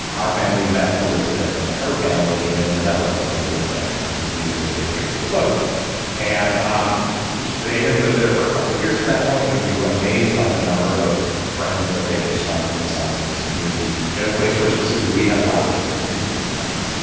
our family met elizabeth and her family in the netherlands when we lived there, when we were doing the trip for the book and um wished they had lived there for a couple of years at that point. and we were amazed by the number of friends that they had surrounded themselves in this community and a place where specifically we had a lot of difficulty making friends.